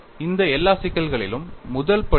இந்த எல்லா சிக்கல்களிலும் முதல் படி என்ன